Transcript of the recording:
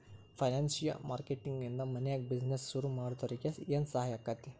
ಫೈನಾನ್ಸಿಯ marketing ನಿಂದಾ ಮನ್ಯಾಗ್ business ಶುರುಮಾಡ್ದೊರಿಗೆ ಏನ್ಸಹಾಯಾಕ್ಕಾತಿ?